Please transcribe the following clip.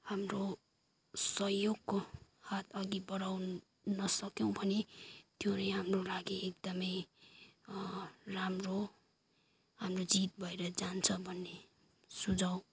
हाम्रो सहयोगको हात अघि बढाउन सक्यौँ भने त्यो हाम्रो लागि एकदमै राम्रो हाम्रो जित भएर जान्छ भन्ने सुझाउ